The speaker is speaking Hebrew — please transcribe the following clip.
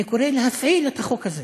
אני קורא להפעיל את החוק הזה,